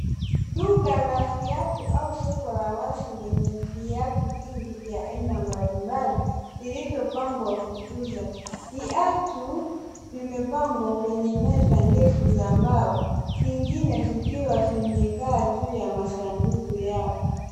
Duka la viatu au soko la wazi lenye viatu vingi vya aina mbalimbali vilivyopangwa kuuza. Viatu vimepangwa kwenye meza ndefu za mbao vingine vikiwa vimekaa juu ya masanduku yao.